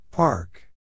Park